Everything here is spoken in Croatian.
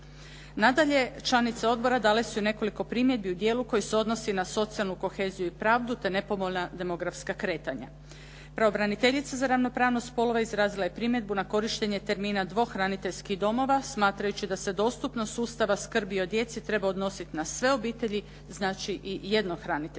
Nadalje, članice odbora dale su i nekoliko primjedbi u dijelu koji se odnosi na socijalnu koheziju i pravdu te nepovoljna demografska kretanja. Pravobraniteljica za ravnopravnost spolova izrazila je primjedbu na korištenje termina dvohraniteljskih domova, smatrajući da se dostupnost sustava skrbi o djeci treba odnosit na sve obitelji, znači i jednohraniteljske.